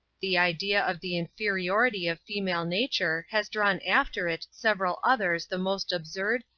the idea of the inferiority of female nature has drawn after it several others the most absurd,